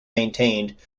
maintained